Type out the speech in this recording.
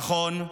נכון,